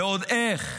ועוד איך.